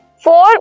Four